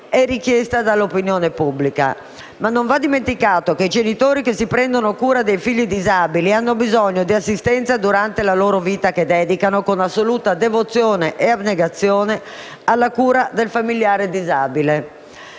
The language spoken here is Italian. politiche e richiesta dall'opinione pubblica, ma non va dimenticato che i genitori che si prendono cura dei figli disabili hanno bisogno di assistenza durante la loro vita, che dedicano, con assoluta devozione e abnegazione, alla cura del familiare disabile.